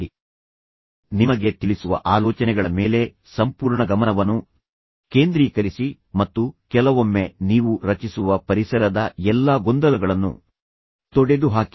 ನಿಮಗೆ ತಲುಪಿಸಲಾಗುತ್ತಿರುವ ಆಲೋಚನೆಗಳು ನಿಮಗೆ ತಿಳಿಸುವ ಆಲೋಚನೆಗಳ ಮೇಲೆ ಸಂಪೂರ್ಣ ಗಮನವನ್ನು ಕೇಂದ್ರೀಕರಿಸಿ ಮತ್ತು ಕೆಲವೊಮ್ಮೆ ನೀವು ರಚಿಸುವ ಪರಿಸರದ ಎಲ್ಲಾ ಗೊಂದಲಗಳನ್ನು ತೊಡೆದುಹಾಕಿ